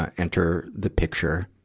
ah enter the picture?